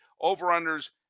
over-unders